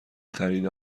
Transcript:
خرید